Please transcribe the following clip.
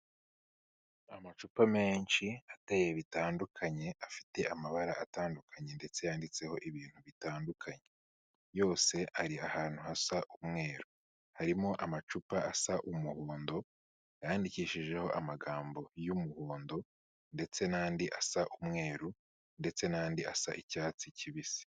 Amacupa menshi ateye bitandukanye, afite amabara atandukanye ndetse yanditseho ibintu bitandukanye. Yose ari ahantu hasa umweru. Harimo amacupa asa umuhondo yandikishijeho amagambo y'umuhondo ndetse n'andi asa umweru ndetse n'andi asa icyatsi kibisi.